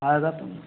आएगा तो